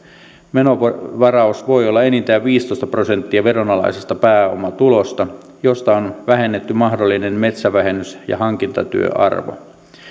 menovaraus voi olla enintään viisitoista prosenttia veronalaisesta pääomatulosta josta on vähennetty mahdollinen metsävähennys ja hankintatyöarvo